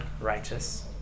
righteous